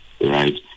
right